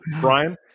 Brian